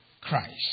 Christ